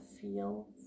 feel